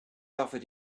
offered